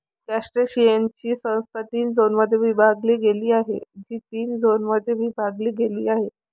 क्रस्टेशियन्सची संस्था तीन झोनमध्ये विभागली गेली आहे, जी तीन झोनमध्ये विभागली गेली आहे